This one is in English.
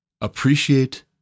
Appreciate